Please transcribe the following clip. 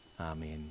Amen